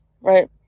right